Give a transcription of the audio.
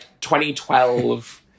2012